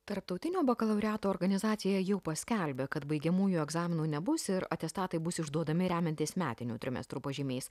tarptautinio bakalaureato organizacija jau paskelbė kad baigiamųjų egzaminų nebus ir atestatai bus išduodami remiantis metinių trimestrų pažymiais